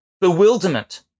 bewilderment